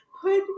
Put